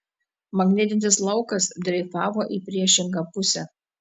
magnetinis laukas dreifavo į priešingą pusę